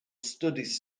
studies